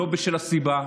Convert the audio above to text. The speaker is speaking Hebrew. לא בשל הסיבה,